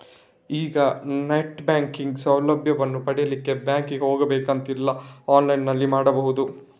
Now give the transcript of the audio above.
ಈಗ net banking ಸೌಲಭ್ಯವನ್ನು ಪಡೀಲಿಕ್ಕೆ ಬ್ಯಾಂಕಿಗೆ ಹೋಗ್ಬೇಕು ಅಂತಿಲ್ಲ ಆನ್ಲೈನಿನಲ್ಲಿ ಮಾಡ್ಬಹುದು